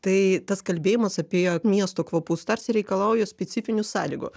tai tas kalbėjimas apie miesto kvapus tarsi reikalauja specifinių sąlygų